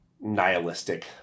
nihilistic